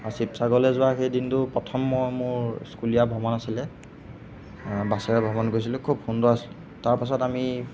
আৰু শিবসাগৰলৈ যোৱা সেই দিনটো প্ৰথম মই মোৰ স্কুলীয়া ভ্ৰমণ আছিলে বাছেৰে ভ্ৰমণ কৰিছিলো খুব সুন্দৰ তাৰপাছত আমি